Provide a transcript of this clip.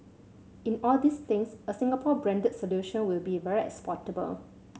in all these things a Singapore branded solution will be very exportable